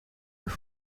mijn